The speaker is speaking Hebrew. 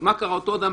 אז מה קרה אותו אדם,